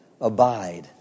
Abide